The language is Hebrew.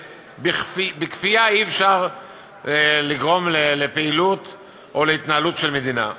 שבכפייה אי-אפשר לגרום לפעילות או להתנהלות של מדינה.